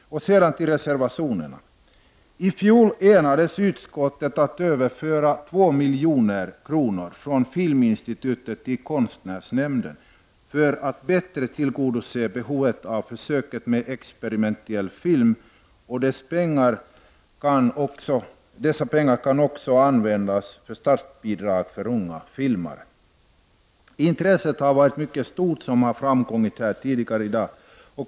Sedan till reservationerna. I fjol enades utskottet om att överföra 2 milj.kr. från Filminstitutet till konstnärsnämnden för att bättre tillgodose behovet av försök med experimentell film. Dessa pengar kan också användas som statsbidrag för unga filmare. Intresset har varit mycket stort, som har framkommit tidigare i dag.